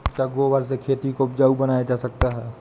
क्या गोबर से खेती को उपजाउ बनाया जा सकता है?